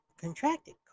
contracted